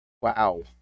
Wow